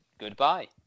Goodbye